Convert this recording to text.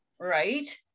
Right